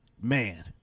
Man